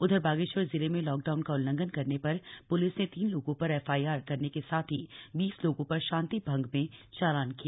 उधर बागेश्वर जिले में लॉकडाउन का उल्लंघन करने पर प्लिस ने तीन लोगों पर एफआईआर करने के साथ ही बीस लोगों पर शांति भंग में चालान किया